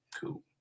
cool